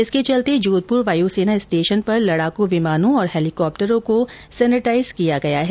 इसके चलते जोधप्र वायू सेना स्टेशन पर लड़ाकू विमानो और हेलीकाप्टरों को सेनेटाईज किया गया है